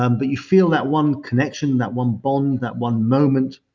um but you feel that one connection, that one bond, that one moment,